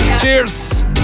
Cheers